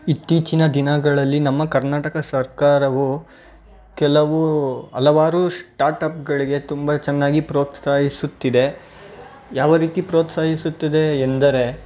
ಇತ್ತೀಚಿನ ದಿನಗಳಲ್ಲಿ ನಮ್ಮ ಕರ್ನಾಟಕ ಸರ್ಕಾರವು ಕೆಲವು ಹಲವಾರು ಶ್ಟಾಟಪ್ಗಳಿಗೆ ತುಂಬ ಚೆನ್ನಾಗಿ ಪ್ರೋತ್ಸಾಹಿಸುತ್ತಿದೆ ಯಾವ ರೀತಿ ಪ್ರೋತ್ಸಾಹಿಸುತ್ತಿದೆ ಎಂದರೆ